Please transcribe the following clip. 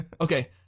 Okay